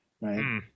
right